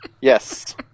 Yes